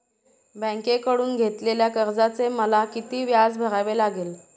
बँकेकडून घेतलेल्या कर्जाचे मला किती व्याज भरावे लागेल?